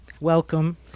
Welcome